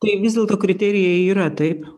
tai vis dėlto kriterijai yra taip